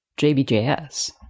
JBJS